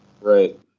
Right